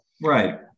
Right